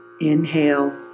Inhale